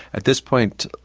at this point,